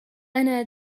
أنا